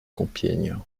compiègne